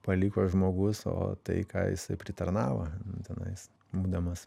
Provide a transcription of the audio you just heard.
paliko žmogus o tai ką jisai pritarnavo tenais būdamas